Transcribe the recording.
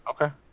Okay